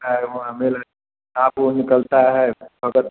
हाँ वहाँ मेला साँप वहाँ निकलता है